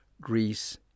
Greece